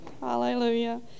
Hallelujah